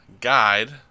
guide